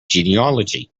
genealogy